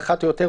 אחת או יותר,